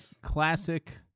classic